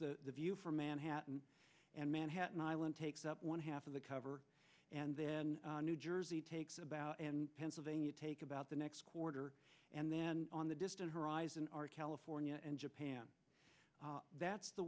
shows the view from manhattan and manhattan island takes up one half of the cover and then new jersey takes about and pennsylvania take about the next quarter and then on the distant horizon are california and japan that's the